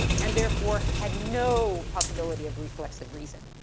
and therefore had no possibility of reflexive reason.